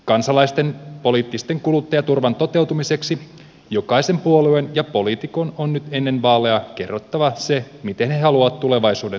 kansalaisten poliittisen kuluttajaturvan toteutumiseksi jokaisen puolueen ja poliitikon on nyt ennen vaaleja kerrottava se miten he haluavat tulevaisuuden suomea puolustaa